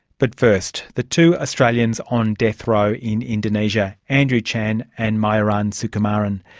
but first, the two australians on death row in indonesia, andrew chan and myuran sukumaran.